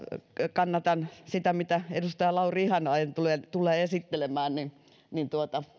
kannatan sitä mitä edustaja lauri ihalainen tulee tulee esittelemään